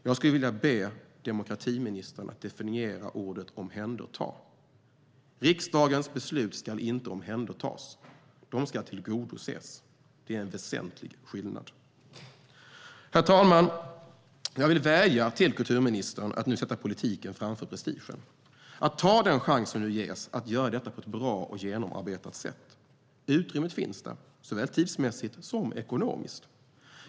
Jag skulle vilja be demokratiministern att definiera ordet omhänderta. Riksdagens beslut ska inte omhändertas. De ska tillgodoses. Det är en väsentlig skillnad. Herr talman! Jag vill vädja till kulturministern att nu sätta politiken framför prestigen och att ta den chans som nu ges att göra detta på ett bra och genomarbetat sätt. Utrymmet finns där, såväl tidsmässigt som ekonomiskt.